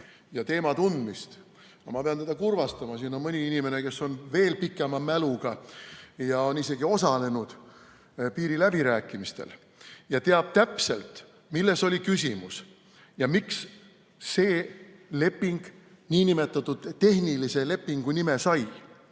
ja teema tundmist. Ma pean teda kurvastama: siin on mõni inimene, kes on veel pikema mäluga, on isegi osalenud piiriläbirääkimistel ja teab täpselt, milles oli küsimus, miks see leping nn tehnilise lepingu nime sai